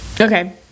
Okay